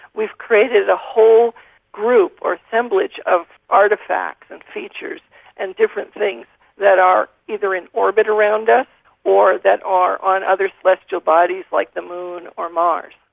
we've created a whole group or assemblage of artefacts and features and different things that are either in orbit around us ah or that are on other celestial bodies like the moon or mars.